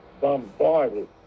bombarded